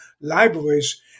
libraries